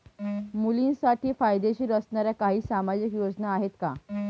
मुलींसाठी फायदेशीर असणाऱ्या काही सामाजिक योजना आहेत का?